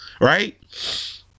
right